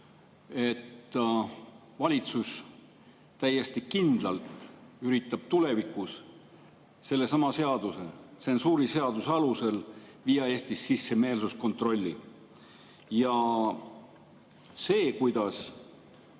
et valitsus täiesti kindlalt üritab tulevikus sellesama seaduse, tsensuuriseaduse alusel viia Eestis sisse meelsuskontrolli. Sellele, kuidas